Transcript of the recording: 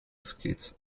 skates